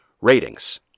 ratings